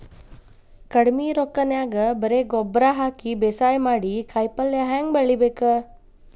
ಕಡಿಮಿ ರೊಕ್ಕನ್ಯಾಗ ಬರೇ ಗೊಬ್ಬರ ಹಾಕಿ ಬೇಸಾಯ ಮಾಡಿ, ಕಾಯಿಪಲ್ಯ ಹ್ಯಾಂಗ್ ಬೆಳಿಬೇಕ್?